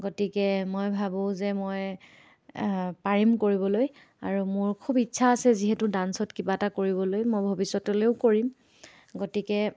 গতিকে মই ভাবোঁ যে মই পাৰিম কৰিবলৈ আৰু মোৰ খুব ইচ্ছা আছে যিহেতু ডাঞ্চত কিবা এটা কৰিবলৈ মই ভৱিষ্যতলৈও কৰিম গতিকে